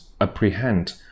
apprehend